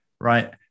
right